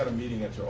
meeting at so